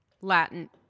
Latin